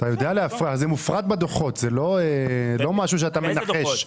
בדוחות זה מופרד, זה לא דבר שאתה מנחש.